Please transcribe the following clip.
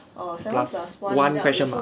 plus one question mark